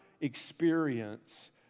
experience